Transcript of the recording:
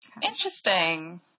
interesting